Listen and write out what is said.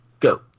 go